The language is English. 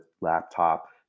laptop